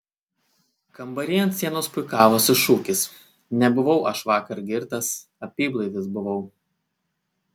kambary ant sienos puikavosi šūkis nebuvau aš vakar girtas apyblaivis buvau